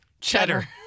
Cheddar